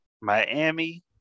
Miami